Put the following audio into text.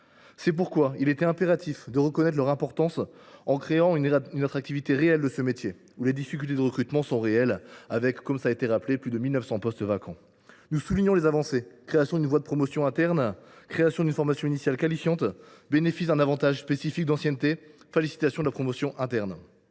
C’est pourquoi il était impératif de reconnaître leur importance en créant une attractivité réelle pour ce métier où les difficultés de recrutement sont réelles, avec plus 1 900 postes vacants. Nous soulignons les avancées : création d’une voie de promotion interne obligatoire, création d’une formation initiale qualifiante, bénéfice d’un avantage spécifique d’ancienneté, facilitation de la promotion interne.